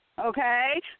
okay